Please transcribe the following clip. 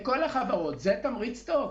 זה תמריץ טוב.